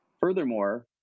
Furthermore